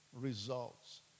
results